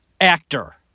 actor